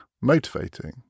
motivating